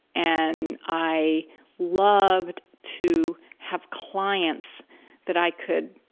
and i loved to have clients that i could,